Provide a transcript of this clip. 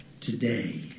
today